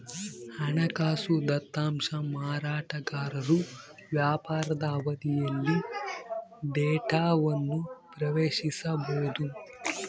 ಹಣಕಾಸು ದತ್ತಾಂಶ ಮಾರಾಟಗಾರರು ವ್ಯಾಪಾರದ ಅವಧಿಯಲ್ಲಿ ಡೇಟಾವನ್ನು ಪ್ರವೇಶಿಸಬೊದು